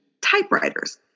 typewriters